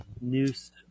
Noose